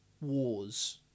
wars